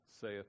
saith